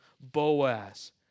Boaz